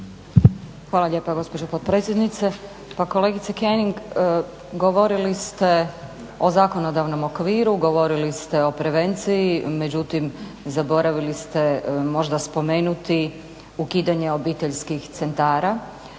Hvala lijepa gospođo potpredsjednice. Pa kolegice König, govorili ste o zakonodavnom okviru, govorili ste o prevenciji, međutim zaboravili ste možda spomenuti ukidanje obiteljskih centara